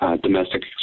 Domestic